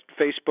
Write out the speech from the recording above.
Facebook